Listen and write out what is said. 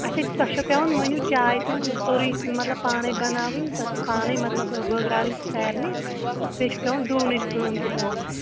اچھا تۄہہِ چھو پٮ۪وان ؤنِو چاے تہِ سورُے مطلب پانَے بَناوٕنۍ پانَے مطلب بٲگراوٕنۍ تہِ سارنی تہٕ بیٚیہِ چھُ پٮ۪وان ڈوٗنٕچ کٲم تہِ کَرٕنۍ